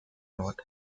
not